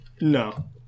no